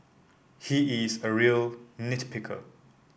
he is a real nit picker